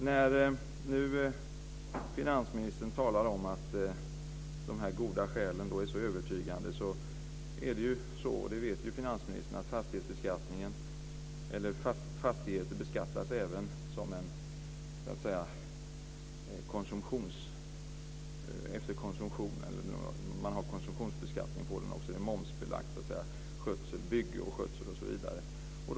När nu finansministern talar om att de goda skälen är så övertygande vill jag peka på, och det vet ju finansministern, att det även läggs konsumtionsskatt på fastigheter. Skötsel, bygge m.m. är momsbelagt.